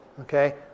Okay